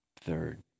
Third